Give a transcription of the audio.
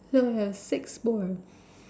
so I have six more